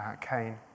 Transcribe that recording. Cain